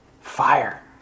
Fire